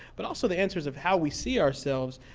but also the answers of how we see ourselves,